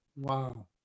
wow